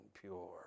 pure